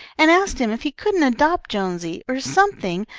and asked him if he couldn't adopt jonesy, or something,